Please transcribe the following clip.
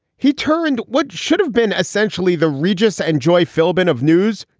he turned what should have been essentially the regis and joy philbin of news,